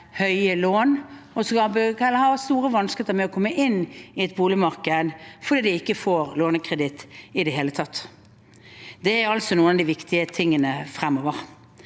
høye lån eller kan ha store vanskeligheter med å komme inn i boligmarkedet fordi de ikke får lånekreditt i det hele tatt. Dette er noen av de viktige tingene fremover.